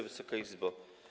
Wysoka Izbo!